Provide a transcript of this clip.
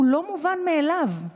הוא לא מובן מאליו,